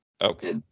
Okay